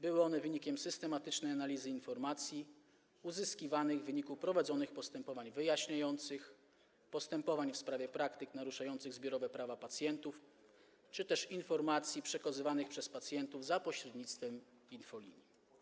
Były one wynikiem systematycznej analizy informacji uzyskiwanych w wyniku prowadzonych postępowań wyjaśniających, postępowań w sprawie praktyk naruszających zbiorowe prawa pacjentów czy też informacji przekazywanych przez pacjentów za pośrednictwem infolinii.